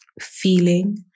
feeling